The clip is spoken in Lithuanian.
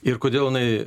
ir kodėl jinai